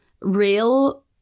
Real